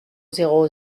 zéro